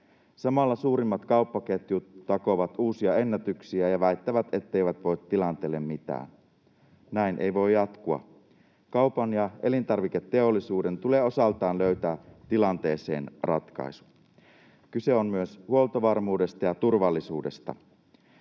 Samalla suurimmat kauppaketjut takovat uusia ennätyksiä ja väittävät, etteivät voi tilanteelle mitään. Näin ei voi jatkua. Kaupan ja elintarviketeollisuuden tulee osaltaan löytää tilanteeseen ratkaisu. Kyse on myös huoltovarmuudesta ja turvallisuudesta.